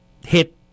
hit